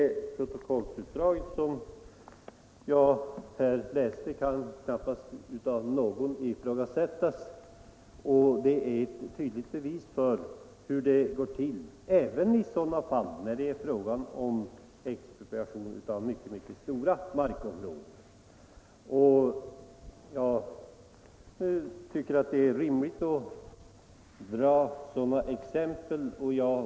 Det protokollsutdrag som jag läste upp kan knappast ifrågasättas av någon, och det är ett tydligt bevis för hur det går till även i sådana — Om information fall då det är fråga om expropriation av mycket, mycket stora mark = och förhandlingar områden. Jag tycker det är rimligt att ta sådana exempel.